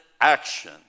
action